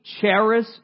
cherish